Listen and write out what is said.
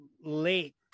late